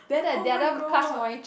oh-my-god